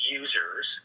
users